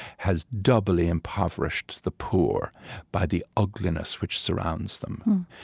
has doubly impoverished the poor by the ugliness which surrounds them.